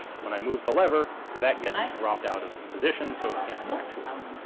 when i move the lever that gets dropped out of position, so it can't be actuated.